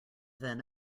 then